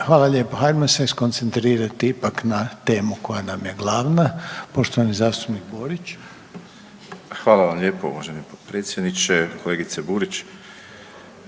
Hvala lijepo. Hajdemo se skoncentrirati ipak na temu koja nam je glavna. Poštovani zastupnik Borić. **Borić, Josip (HDZ)** Hvala vam lijepo uvaženi potpredsjedniče. Kolegice Burić,